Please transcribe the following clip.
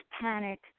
panic